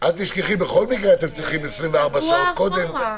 אל תשכחי שבכל מקרה אתם צריכים 24 שעות קודם.